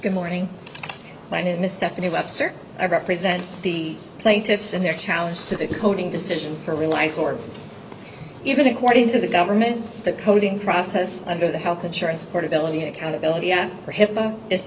good morning planet misstep and webster i represent the plaintiffs in their challenge to the coding decision or realize or even according to the government the coding process under the health insurance portability and accountability a